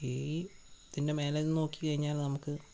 ഈ ഇതിന്റെ മേലെന്നു നോക്കിക്കഴിഞ്ഞാല് നമുക്ക്